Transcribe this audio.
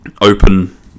open